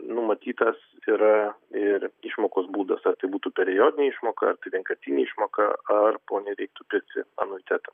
numatytas yra ir išmokos būdas ar tai būtų periodinė išmoka vienkartinė išmoka ar poniai reiktų pirkti anuitetą